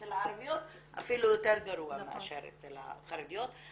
אצל הערביות אפילו יותר גרוע מאשר אצל החרדיות.